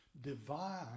divine